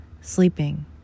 Sleeping